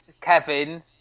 Kevin